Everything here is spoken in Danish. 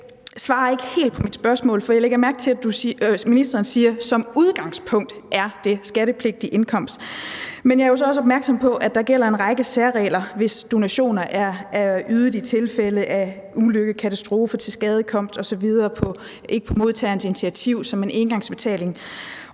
dag svarer ikke helt på mit spørgsmål, for jeg lægger mærke til, at ministeren siger, at det som udgangspunkt er skattepligtig indkomst. Men jeg er også opmærksom på, at der gælder en række særregler, hvis donationer er ydet i tilfælde af ulykke, katastrofe, tilskadekomst osv., ikke på modtagerens initiativ, som en engangsbetaling